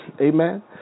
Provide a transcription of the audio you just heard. Amen